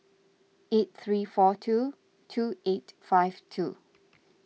eight three four two two eight five two